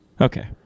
Okay